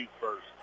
first